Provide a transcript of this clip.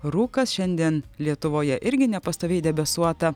rūkas šiandien lietuvoje irgi nepastoviai debesuota